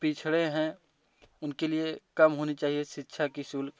पिछड़े हैं उनके लिए कम होनी चाहिए शिक्षा की शुल्क